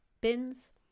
bins